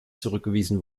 zurückgewiesen